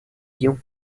ion